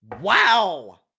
Wow